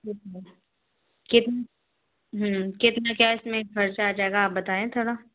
जी sir कित कितना क्या इसमें ख़र्च आ जाएगा आप बताएँ थोड़ा